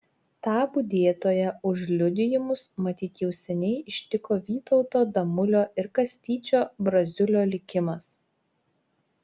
tą budėtoją už liudijimus matyt jau seniai ištiko vytauto damulio ir kastyčio braziulio likimas